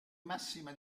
massima